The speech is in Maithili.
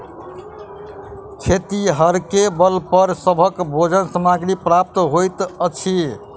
खेतिहरेक बल पर सभक भोजन सामग्री प्राप्त होइत अछि